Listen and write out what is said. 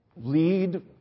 Lead